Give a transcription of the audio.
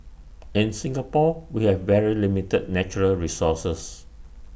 in Singapore we have very limited natural resources